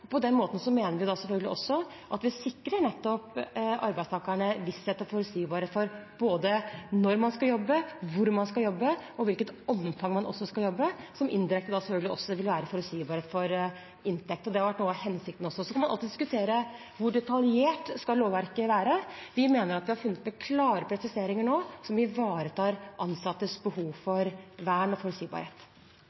På den måten mener vi selvfølgelig at vi da sikrer arbeidstakerne nettopp visshet og forutsigbarhet for både når man skal jobbe, hvor man skal jobbe, og i hvilket omfang man skal jobbe, som indirekte da selvfølgelig også vil gi forutsigbarhet for inntekt. Det har vært noe av hensikten. Man kan alltid diskutere hvor detaljert lovverket skal være. Vi mener at vi nå har funnet noen klare presiseringer som ivaretar de ansattes behov